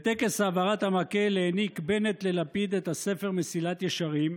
בטקס העברת המקל העניק בנט ללפיד את הספר מסילת ישרים,